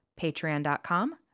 patreon.com